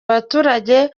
abaturage